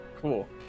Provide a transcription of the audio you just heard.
Cool